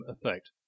effect